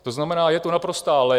To znamená, je to naprostá lež.